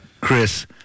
Chris